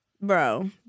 Bro